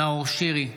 נאור שירי,